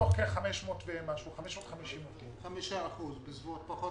פחות מחמישה אחוז.